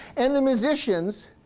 and the musicians